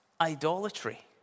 idolatry